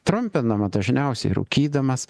trumpinama dažniausiai rūkydamas